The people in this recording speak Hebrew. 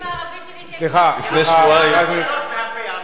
אם הערבית שלי תהיה כמו העברית שלך,